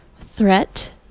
threat